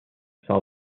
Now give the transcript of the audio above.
saw